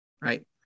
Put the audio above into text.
right